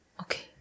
Okay